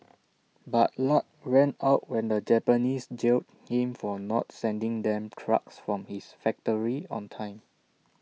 but luck ran out when the Japanese jailed him for not sending them trucks from his factory on time